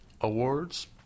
Awards